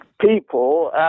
people